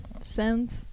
Sound